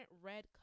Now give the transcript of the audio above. red